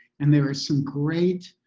and there are some great,